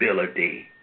ability